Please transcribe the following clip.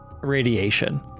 radiation